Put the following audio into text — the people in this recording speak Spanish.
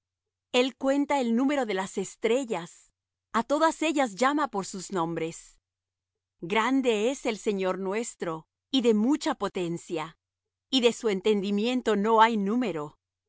el cuenta el número de las estrellas a todas ellas llama por sus nombres grande es el señor nuestro y de mucha potencia y de su entendimiento no hay número